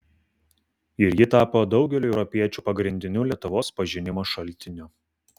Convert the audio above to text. ir ji tapo daugeliui europiečių pagrindiniu lietuvos pažinimo šaltiniu